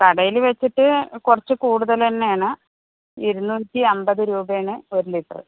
കടയില് വെച്ചിട്ട് കുറച്ച് കൂടുതൽ തന്നെയാണ് ഇരുന്നൂറ്റി അമ്പത് രൂപയാണ് ഒരു ലിറ്ററ്